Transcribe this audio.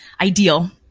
ideal